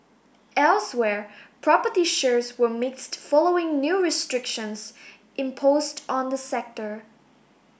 elsewhere property shares were mixed following new restrictions imposed on the sector